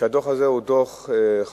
הדוח הזה הוא דוח חמור,